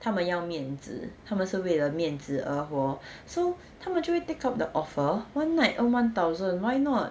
他们要面子他们是为了面子而活 so 他们就会 take up the offer one night earn one thousand why not